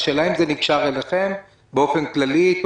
השאלה אם זה נקשר אליכם באופן כללי.